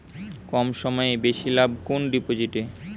কম সময়ে বেশি লাভ কোন ডিপোজিটে?